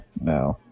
No